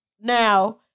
Now